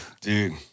Dude